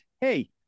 hey